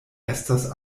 estas